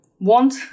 want